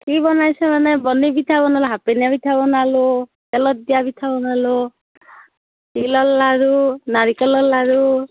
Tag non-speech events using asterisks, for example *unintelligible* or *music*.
কি বনাইছোঁ মানে বৰ্নি পিঠা বনালোঁ *unintelligible* পিঠা বনালোঁ তেলত দিয়া পিঠা বনালোঁ তিলৰ লাৰু নাৰিকলৰ লাৰু